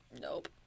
Nope